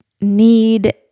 need